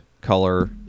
color